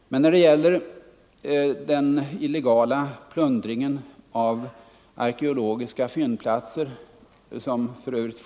Men när det gäller den illegala plundringen av arkeologiska fyndplatser, vilken f.ö.